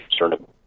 concerned